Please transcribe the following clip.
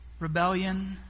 Rebellion